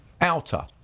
outer